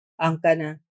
Angkana